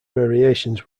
variations